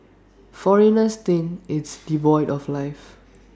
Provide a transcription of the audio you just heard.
foreigners think it's devoid of life